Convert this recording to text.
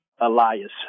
Elias